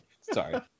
Sorry